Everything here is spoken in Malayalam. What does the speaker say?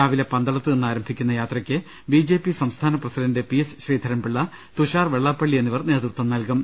രാവിലെ പന്തളത്ത് നിന്ന് ആരംഭിക്കുന്ന് യാത്രക്ക് ബിജെപി സംസ്ഥാന പ്രസിഡന്റ് പിഎസ് ശ്രീധരൻപിള്ള തുഷാർ വെള്ളാപ്പള്ളി എന്നിവർ നേതൃത്വം നൽകും